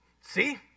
see